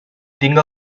tinga